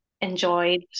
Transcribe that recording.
enjoyed